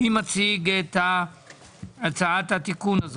מי מציג את הצעת התיקון?